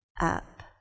up